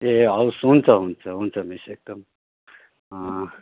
ए हवस् हुन्छ हुन्छ हुन्छ मिस एकदम